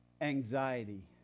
anxiety